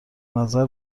نظر